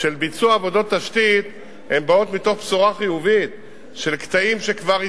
של ביצוע עבודות תשתית באות מתוך בשורה חיובית של קטעים שכבר הסתיימו,